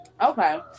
Okay